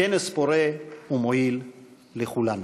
כנס פורה ומועיל לכולנו.